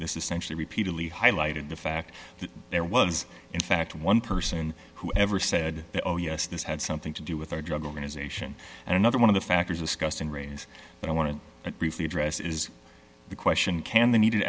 this is centrally repeatedly highlighted the fact that there was in fact one person who ever said oh yes this had something to do with a drug organization and another one of the factors discussed in raise but i want to briefly address is the question can the needed